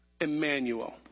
Emmanuel